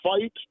fight